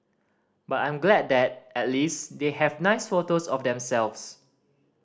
but I'm glad that at least they have nice photos of themselves